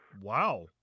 Wow